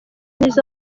nizo